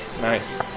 Nice